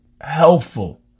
helpful